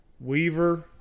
Weaver